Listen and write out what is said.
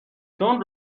چون